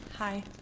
Hi